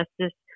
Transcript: Justice